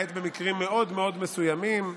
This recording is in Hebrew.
למעט במקרים מאוד מאוד מסוימים,